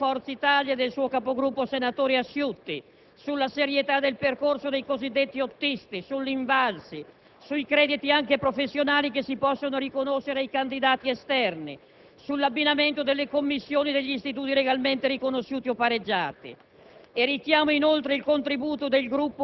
Richiamo altresì il contributo del Gruppo di Forza Italia, e del suo capogruppo senatore Asciutti, sulla serietà del percorso dei cosiddetti «ottisti», sull'INVALSI, sui crediti anche professionali che si possono riconoscere ai candidati esterni, sull'abbinamento delle commissioni degli istituti legalmente riconosciuti o pareggiati.